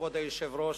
כבוד היושב-ראש,